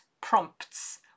prompts